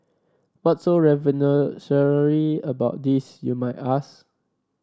what's so revolutionary about this you might ask